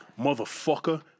motherfucker